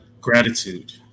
gratitude